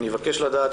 אני מבקש לדעת